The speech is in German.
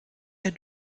der